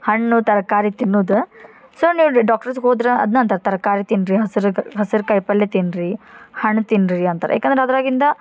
ಹಣ್ಣು ತರಕಾರಿ ತಿನ್ನುದು ಸೊ ನೀವು ಡಾಕ್ರ್ಟಸ್ಗೆ ಹೋದ್ರೆ ಅದನ್ನೇ ಅಂತಾರೆ ತರಕಾರಿ ತಿನ್ನಿರಿ ಹಸರು ಕ ಹಸರು ಕಾಯಿ ಪಲ್ಲೆ ತಿನ್ನಿರಿ ಹಣ್ಣು ತಿನ್ನಿರಿ ಅಂತಾರೆ ಏಕಂದ್ರೆ ಅದ್ರಾಗಿಂದು